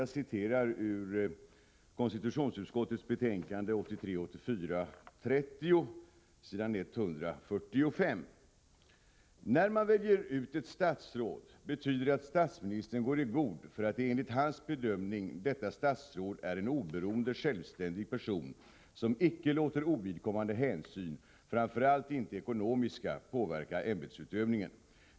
Jag citerar ur konstitutionsutskottets betänkande 1983/84:30 s. 145: ”När man väljer ut ett statsråd betyder det att statsministern går i god för att enligt hans bedömning detta statsråd är en oberoende, självständig person som icke låter ovidkommande hänsyn, framför allt inte ekonomiska, påverka ämbetsutövningen.